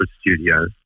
Studio